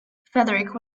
fedric